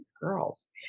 girls